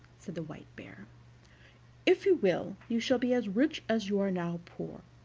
said the white bear if you will, you shall be as rich as you are now poor.